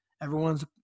Everyone's